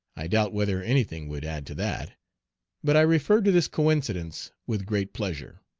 i doubt whether any thing would add to that but i refer to this coincidence with great pleasure.